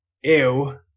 ew